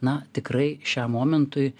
na tikrai šiam momentui